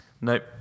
Nope